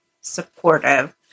supportive